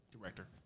director